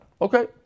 Okay